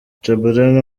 tchabalala